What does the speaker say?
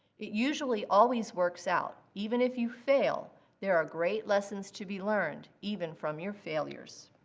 it usually always works out, even if you fail there are great lessons to be learned even from your failures.